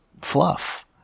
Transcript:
fluff